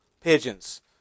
pigeons